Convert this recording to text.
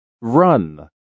Run